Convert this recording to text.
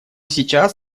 сейчас